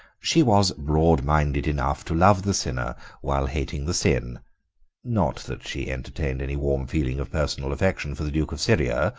she was broad-minded enough to love the sinner while hating the sin not that she entertained any warm feeling of personal affection for the duke of syria,